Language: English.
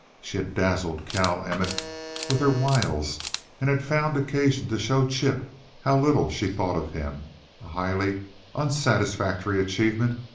she had dazzled cal emmett with her wiles and had found occasion to show chip how little she thought of him a highly unsatisfactory achievement,